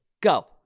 Go